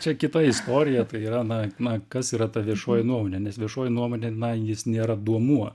čia kita istorija tai yra na na kas yra ta viešoji nuomonė nes viešoji nuomonė na jis nėra duomuo